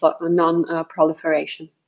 non-proliferation